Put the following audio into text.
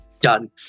done